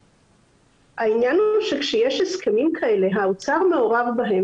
העניין הוא שכשיש הסכמים כאלה האוצר בהם,